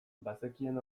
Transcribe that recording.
bazekien